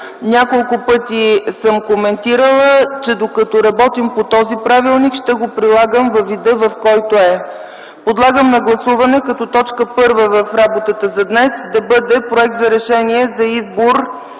Няколко пъти съм коментирала, че докато работим по този правилник, ще го прилагам във вида, в който е. Подлагам на гласуване точка първа в работата за днес да бъде проект за Решение за избор